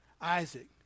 Isaac